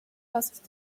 asked